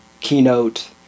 Keynote